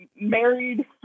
married